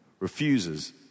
Refuses